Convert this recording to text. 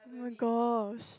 oh-my-gosh